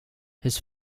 his